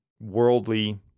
worldly